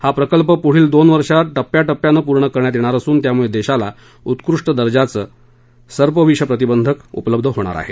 हा प्रकल्प पुढील दोन वर्षात टप्प्या टप्प्यानं पूर्ण करण्यात येणार असून त्यामुळे देशाला उत्कृष्ट दर्जाचे एन्टीस्नेक व्हेनम उपलब्ध होईल